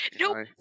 No